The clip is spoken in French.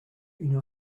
une